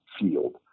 field